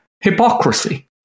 hypocrisy